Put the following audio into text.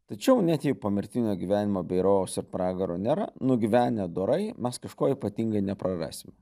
tačiau net jei pomirtinio gyvenimo bei rojaus ir pragaro nėra nugyvenę dorai mes kažko ypatingai neprarasime